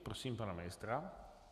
Prosím pana ministra.